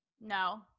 No